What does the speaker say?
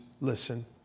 listen